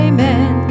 Amen